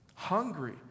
hungry